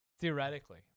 theoretically